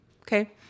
Okay